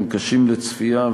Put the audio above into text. הם קשים לצפייה,